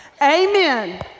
amen